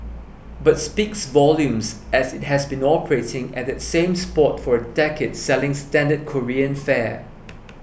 but speaks volumes as it has been operating at that same spot for a decade selling standard Korean fare